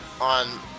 on